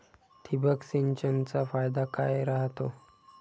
ठिबक सिंचनचा फायदा काय राह्यतो?